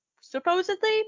supposedly